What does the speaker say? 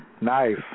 Nice